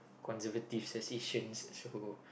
conservative as Asians who